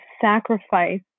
sacrifice